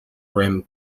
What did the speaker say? rim